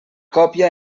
còpia